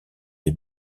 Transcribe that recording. des